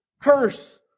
Curse